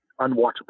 unwatchable